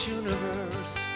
universe